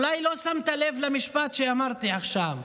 אולי לא שמת לב למשפט שאמרתי עכשיו.